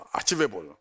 achievable